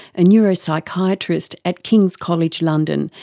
a neuropsychiatrist at kings college london,